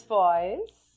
voice